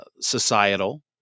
societal